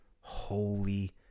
holy